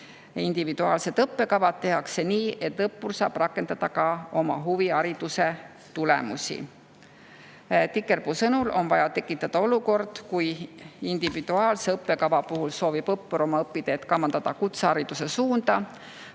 Individuaalsed õppekavad tehakse nii, et õppur saab rakendada ka oma huvihariduse tulemusi. Tikerpuu sõnul on vaja tekitada olukord, et kui individuaalse õppekava puhul soovib õppur oma õpiteed kavandada kutsehariduse suunda,